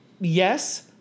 Yes